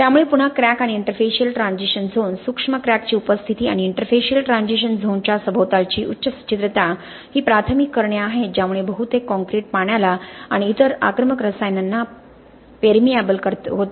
त्यामुळे पुन्हा क्रॅक आणि इंटरफेसियल ट्रान्झिशन झोन सूक्ष्म क्रॅकची उपस्थिती आणि इंटरफेसियल ट्रांझिशन झोनच्या सभोवतालची उच्च सच्छिद्रता ही प्राथमिक कारणे आहेत ज्यामुळे बहुतेक काँक्रीट पाण्याला आणि इतर आक्रमक रसायनांना पेरमियाबल होते